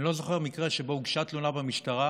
אז אני לא זוכר מקרה שבו הוגשה תלונה במשטרה